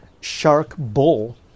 shark-bull